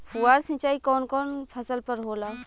फुहार सिंचाई कवन कवन फ़सल पर होला?